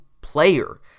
player